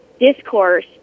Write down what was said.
discourse